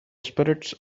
spirits